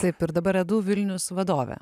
taip ir dabar edu vilnius vadovė